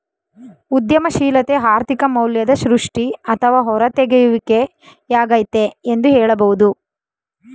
ಉದ್ಯಮಶೀಲತೆ ಆರ್ಥಿಕ ಮೌಲ್ಯದ ಸೃಷ್ಟಿ ಅಥವಾ ಹೂರತೆಗೆಯುವಿಕೆ ಯಾಗೈತೆ ಎಂದು ಹೇಳಬಹುದು